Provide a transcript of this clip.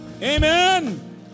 Amen